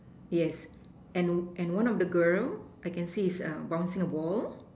yes and and one of the girl I can see is err bouncing a ball